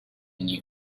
news